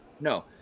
no